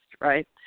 right